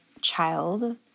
child